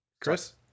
Chris